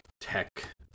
tech